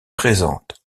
présentent